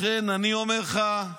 לכן אני אומר לך,